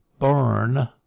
burn